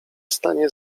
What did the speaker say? stanie